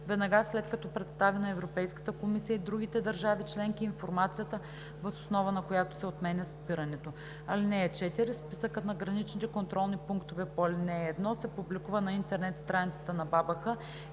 веднага след като представи на Европейската комисия и другите държави членки информацията, въз основа на която се отменя спирането. (4) Списъкът на граничните контролни пунктове по ал. 1 се публикува на интернет страницата на БАБХ